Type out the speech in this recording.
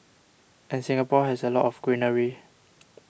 and Singapore has a lot of greenery